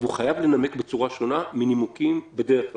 והוא חייב לנמק בצורה שונה מהנימוקים בדרך כלל.